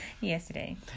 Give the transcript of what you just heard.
yesterday